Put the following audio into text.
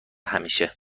همیشه